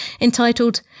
entitled